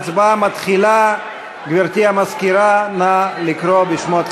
אז אנחנו ממילא נגיע לעוד 20,